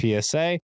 PSA